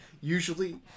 Usually